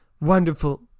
Wonderful